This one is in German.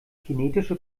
kinetische